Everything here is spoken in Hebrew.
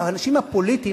האנשים הפוליטיים,